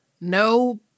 no